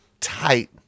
tight